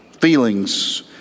feelings